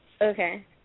Okay